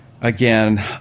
again